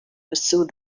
pursue